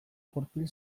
gurpil